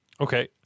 Okay